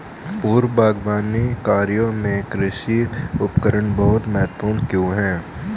पूर्व बागवानी कार्यों में कृषि उपकरण बहुत महत्वपूर्ण क्यों है?